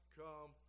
come